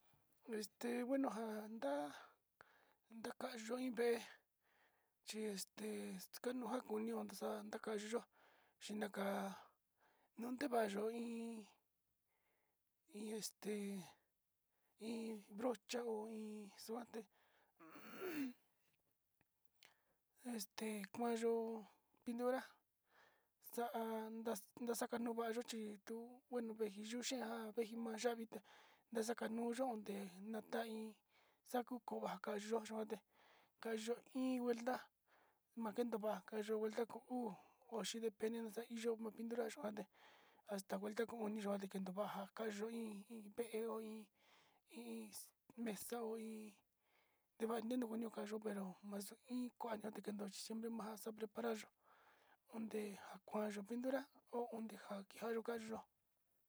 Este bueno njan nda'a ndaaka yo'o iin vée chixte kanjuu ka'a njuni ondexa ndakayuu xinaka nunde va'a ndando hí iño este iin brocha o iin yuate este kuanyo pintura xa'anja kuan nduu ndavayo xhin nduu bueno venji kuu iha vee xhuu mayayuta ndaxanduyu nde'e nakain xakuu kuvaka njate iin vuelta makeyo va'a kayo'o vuelta ka'a o'on banjo nde pende nuu ka'a uu iho yo'o nuu pintura yuu hí asta cuenta koin yuan ndekn nuu va'anja va'a yo iin vée, ndo iin iin mesa iin nde kua yitna nuu kayo'ó pero kua iin mandate ndoxhi siempre va'a xa'a preparal chó onde huakayu pintura hoonde nja kiayu ka'a yu'á.